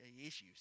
issues